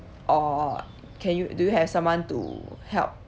or can you do you have someone to help